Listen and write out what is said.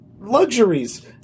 luxuries